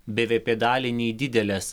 bvp dalį nei didelės